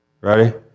Ready